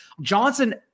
Johnson